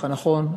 נכון.